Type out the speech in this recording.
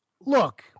look